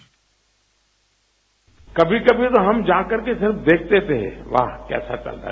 bite कभी कभी तो हम जाकर के सिर्फ देखते थें वहा कैसा चल रहा है